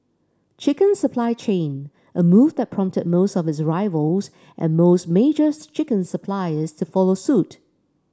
chicken supply chain a move that prompted most of its rivals and most major chicken suppliers to follow suit